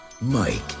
mike